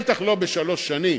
ודאי לא בשלוש שנים,